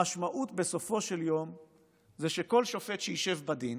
המשמעות בסופו של דבר היא שכל שופט שישב בדין